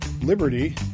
Liberty